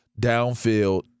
downfield